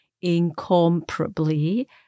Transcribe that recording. incomparably